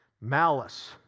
malice